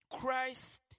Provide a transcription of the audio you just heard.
Christ